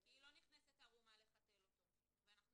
כי היא לא נכנסת ערומה לחתל אותו ואנחנו